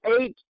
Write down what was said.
eight